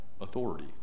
authority